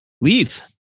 leave